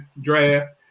draft